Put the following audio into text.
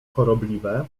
chorobliwe